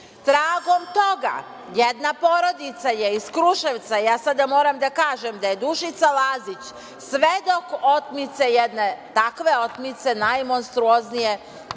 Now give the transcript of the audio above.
Tragom toga jedna porodica je iz Kruševca, ja sada moram da kažem da je Dušica Lazić svedok otmice, jedne takve otmice, najmonstruoznije,